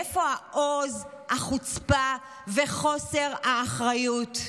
מאיפה העוז, החוצפה וחוסר האחריות?